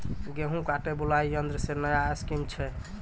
गेहूँ काटे बुलाई यंत्र से नया स्कीम छ?